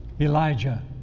Elijah